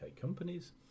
companies